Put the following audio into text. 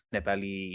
Nepali